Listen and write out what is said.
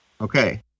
Okay